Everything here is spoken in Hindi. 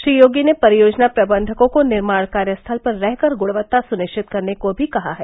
श्री योगी ने परियोजना प्रबंधकों को निर्माण कार्य स्थल पर रह कर गुणवत्ता सुनिश्चित करने को भी कहा है